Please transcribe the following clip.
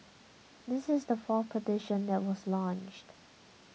this is the fourth petition that was launched